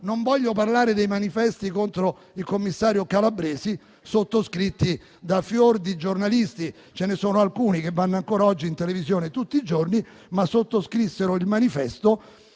non voglio parlare dei manifesti contro il commissario Calabresi, sottoscritti da fior di giornalisti. Ce ne sono alcuni che vanno ancora oggi in televisione tutti i giorni, ma sottoscrissero il manifesto